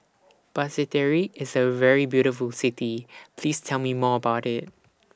Basseterre IS A very beautiful City Please Tell Me More about IT